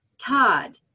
Todd